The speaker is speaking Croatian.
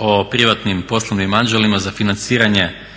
o privatnim poslovnim anđelima za financiranje